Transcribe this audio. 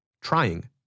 trying